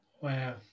Wow